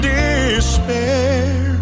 despair